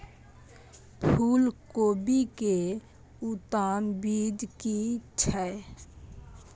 फूलकोबी के उत्तम बीज की छै?